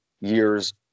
years